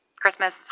Christmas